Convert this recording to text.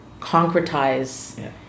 concretize